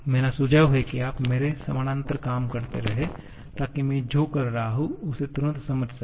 मेरा सुझाव है कि आप मेरे समानांतर काम करते रहें ताकि मैं जो कर रहा हूं उसे तुरंत समझ सके